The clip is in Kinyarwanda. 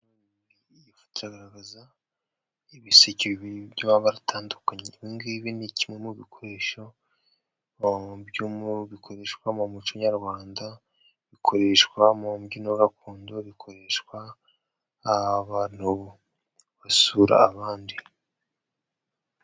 Iyi foto iragaragaza ibisike bibiri by'amabara atandukanye, ibingibi ni kimwe mu bikoresho bikoreshwa mu muco nyarwanda, bikoreshwa mu mbyino gakondo, bikoreshwa abantu basura abandi.